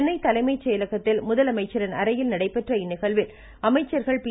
சென்னை தலைமை செயலகத்தில் முதலமைச்சரின் அறையில் நடைபெற்ற இந்நிகழ்வில் அமைச்சர்கள் பி